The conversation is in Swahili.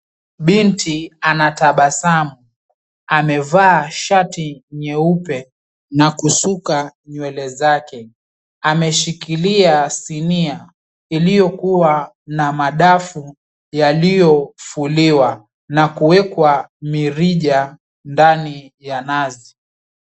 Binti anatabasamu, amevaa shati nyeupe na kusuka nywele zake. Ameshikilia sinia iliyokuwa na madafu yaliyofuliwa na kuwekwa mirija ndani ya nazi.